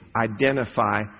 identify